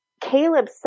Caleb